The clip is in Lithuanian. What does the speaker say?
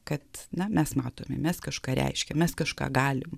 kad na mes matome mes kažką reiškiam mes kažką galim